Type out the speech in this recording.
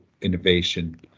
innovation